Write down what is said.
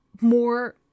more